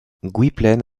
gwynplaine